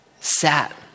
Sat